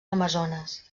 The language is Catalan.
amazones